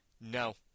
No